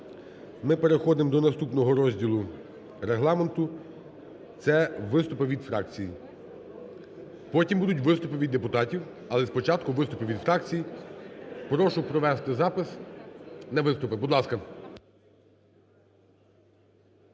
Ми переходимо до наступного розділу регламенту. Це виступи від фракцій. Потім будуть виступи від депутатів, але спочатку виступи від фракцій. Прошу провести запис на виступи, будь ласка.